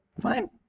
fine